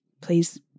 please